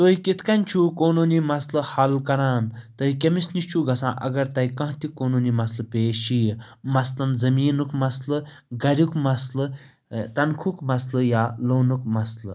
تُہۍ کِتھ کٔنۍ چھُو قونوٗنی مَسلہٕ حل کَران تُہۍ کٔمِس نِش چھُو گژھان اگر تۄہہِ کانٛہہ تہِ قونوٗنی مَسلہٕ پیش یِیہِ مثلَن زٔمیٖنُک مَسلہٕ گَریُک مَسلہٕ تنخُک مَسلہٕ یا لونُک مَسلہٕ